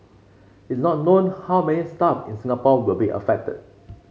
it's not known how many staff in Singapore will be affected